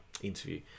interview